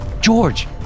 George